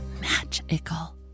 magical